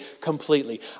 completely